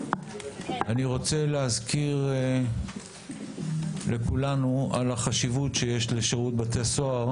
אני רוצה להזכיר לכולנו את החשיבות שיש לשירות בתי הסוהר,